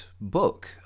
book